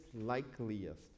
likeliest